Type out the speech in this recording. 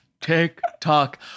TikTok